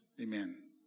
Amen